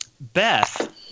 Beth